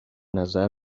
نظر